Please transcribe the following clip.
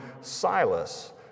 Silas